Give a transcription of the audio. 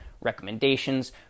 recommendations